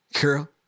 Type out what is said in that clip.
girl